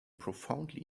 profoundly